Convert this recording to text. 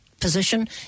position